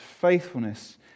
faithfulness